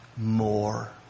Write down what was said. more